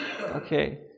Okay